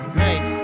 make